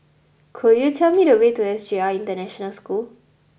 could you tell me the way to S J I International School